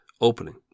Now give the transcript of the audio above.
opening